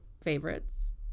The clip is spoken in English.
favorites